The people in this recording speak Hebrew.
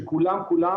שכולם כולם